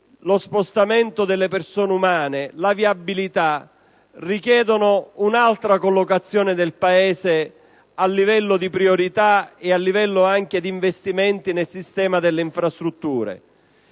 lo spostamento delle persone, la viabilità richiedono un'altra collocazione del Paese a livello di priorità e anche di investimenti nel sistema delle infrastrutture.